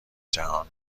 جهان